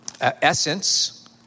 essence